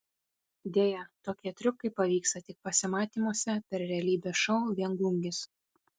deja tokie triukai pavyksta tik pasimatymuose per realybės šou viengungis